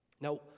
Now